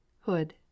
hood